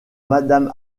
madame